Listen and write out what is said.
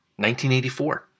1984